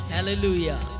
Hallelujah